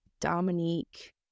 Dominique